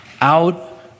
out